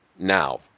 now